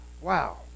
Wow